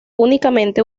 únicamente